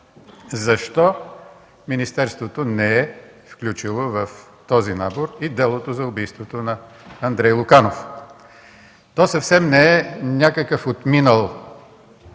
Защо министерството не е включило в този набор и делото за убийството на Андрей Луканов? То съвсем не е някакъв отминал